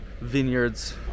vineyards